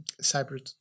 Cyprus